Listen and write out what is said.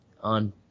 on